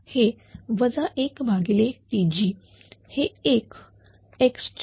हे 1Tg हे एक x4